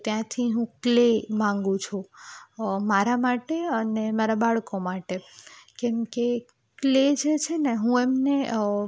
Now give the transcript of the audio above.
ત્યાંથી હું ક્લે માગું છું મારા માટે અને મારા બાળકો માટે કેમ કે ક્લે જે છે ને હું એમને